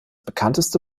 bekannteste